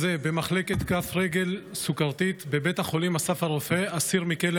במחלקת כף רגל סוכרתית בבית החולים אסף הרופא ישנו כעת,